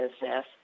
business